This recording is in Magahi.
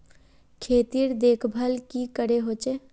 खेतीर देखभल की करे होचे?